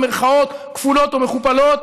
במירכאות כפולות ומכופלות,